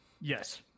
Yes